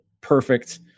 perfect